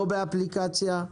לא באפליקציה.